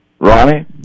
Ronnie